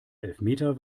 elfmeter